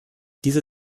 diese